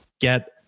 get